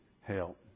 help